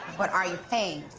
but are you paying?